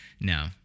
no